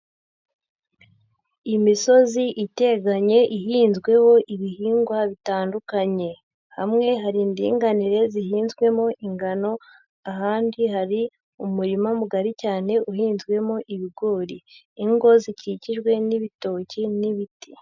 Imisozi iteganye ihinzweho ibihingwa bitandukanye, hamwe hari indinganire zihinzwemo ingano ahandi hari umurima mugari cyane uhinzwemo ibigori, ingo zikikijwe n'ibitoki n'ibiti.